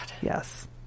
Yes